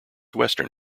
western